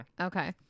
okay